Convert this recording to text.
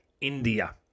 India